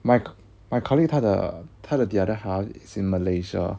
my my colleague 他的他的 the other half is in malaysia